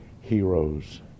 heroes